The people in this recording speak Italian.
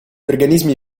organismi